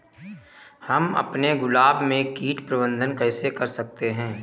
हम अपने गुलाब में कीट प्रबंधन कैसे कर सकते है?